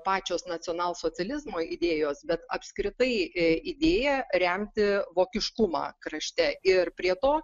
pačios nacionalsocializmo idėjos bet apskritai idėja remti vokiškumą krašte ir prie to